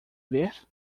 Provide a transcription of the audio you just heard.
ver